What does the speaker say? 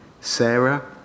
Sarah